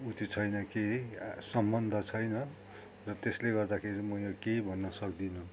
ऊ त्यो छैन के अरे सम्बन्ध छैन र त्यसले गर्दाखेरि म यो केही भन्नु सक्दिन